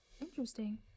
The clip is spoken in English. Interesting